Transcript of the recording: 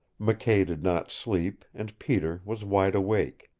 mckay did not sleep, and peter was wide awake.